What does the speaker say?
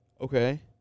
Okay